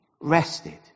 rested